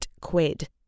quid